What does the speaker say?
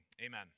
Amen